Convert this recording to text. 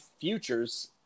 futures –